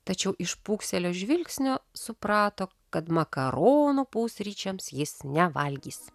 tačiau iš pūkselio žvilgsnio suprato kad makaronų pusryčiams jis nevalgys